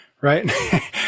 right